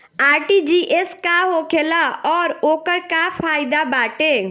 RTGS का होखेला और ओकर का फाइदा बाटे?